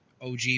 OG